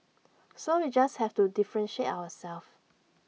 so we just have to differentiate ourselves